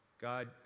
God